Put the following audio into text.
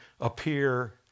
appear